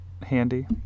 handy